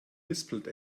lispelt